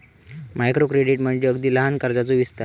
micro credit म्हणजे अगदी लहान कर्जाचो विस्तार